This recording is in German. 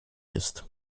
ist